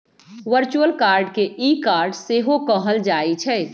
virtual card के e card सेहो कहल जाइ छइ